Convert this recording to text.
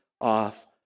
off